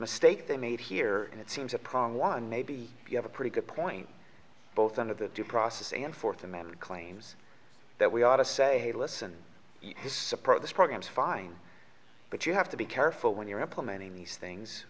mistake they made here and it seems a problem one maybe you have a pretty good point both under the due process and forth a man who claims that we ought to say listen his support this program is fine but you have to be careful when you're implementing these things